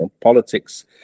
politics